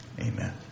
amen